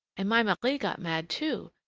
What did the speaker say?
and my marie got mad, too.